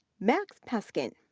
max peskin,